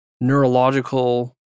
neurological